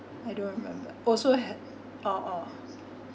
I don't remember also have orh orh